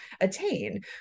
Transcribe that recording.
attain